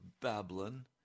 Babylon